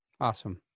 Awesome